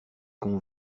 qu’on